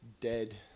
dead